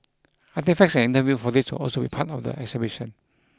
artefacts and interview footage will also be part of the exhibition